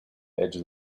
edges